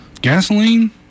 gasoline